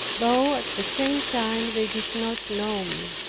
though at the same time they did not know me.